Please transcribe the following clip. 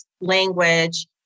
language